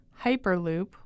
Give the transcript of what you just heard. Hyperloop